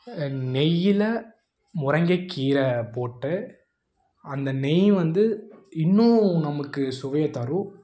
நெய்யில் முரங்கக்கீர போட்டு அந்த நெய் வந்து இன்னும் நமக்கு சுவையை தரும்